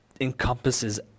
encompasses